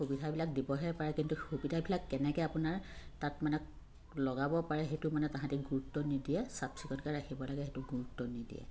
সুবিধাবিলাক দিবহে পাৰে কিন্তু সুবিধাবিলাক কেনেকৈ আপোনাৰ তাত মানে লগাব পাৰে সেইটো মানে তাহাঁতি গুৰুত্ব নিদিয়ে চাফচিকণকৈ ৰাখিব লাগে সেইটো গুৰুত্ব নিদিয়ে